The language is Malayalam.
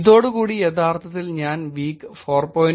ഇതോടുകൂടി യഥാർത്ഥത്തിൽ ഞാൻ വീക് 4